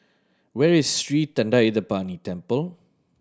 where is Sri Thendayuthapani Temple